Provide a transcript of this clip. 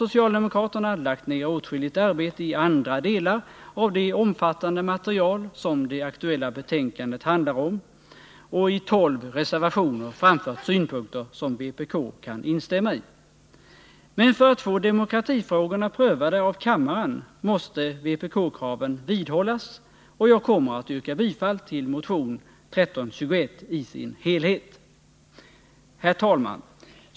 Socialdemokraterna har lagt ner åtskilligt arbete i andra delar av det omfattande material som det aktuella betänkandet innehåller och i tolv reservationer framfört synpunkter som vpk kan instämma i. Men för att få demokratifrågorna prövade av kammaren måste vpk-kraven vidhållas, och jag kommer att yrka bifall till motion 1321 i dess helhet. Herr talman!